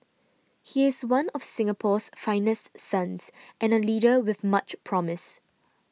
he is one of Singapore's finest sons and a leader with much promise